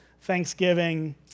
Thanksgiving